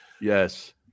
Yes